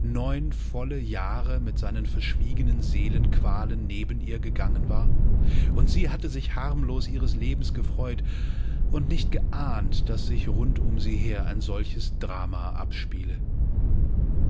neun volle jahre mit seinen verschwiegenen seelenqualen neben ihr gegangen war und sie hatte sich harmlos ihres lebens gefreut und nicht geahnt daß sich rund um sie her ein solches drama abspiele